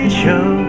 show